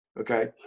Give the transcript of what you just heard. Okay